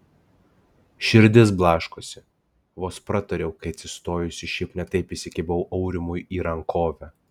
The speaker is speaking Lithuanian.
širdis blaškosi vos pratariau kai atsistojusi šiaip ne taip įsikibau aurimui į rankovę